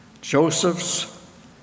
Joseph's